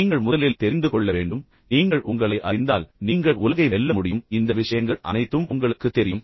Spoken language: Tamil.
நீங்கள் முதலில் தெரிந்து கொள்ள வேண்டும் நீங்கள் உங்களை அறிந்தால் நீங்கள் உலகை வெல்ல முடியும் இந்த விஷயங்கள் அனைத்தும் உங்களுக்குத் தெரியும்